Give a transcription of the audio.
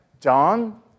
John